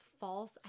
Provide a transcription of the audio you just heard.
false